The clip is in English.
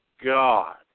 God